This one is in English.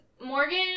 Morgan